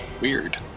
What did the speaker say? Weird